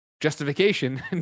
justification